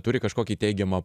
turi kažkokį teigiamą